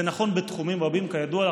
זה נכון בתחומים רבים, כידוע לך.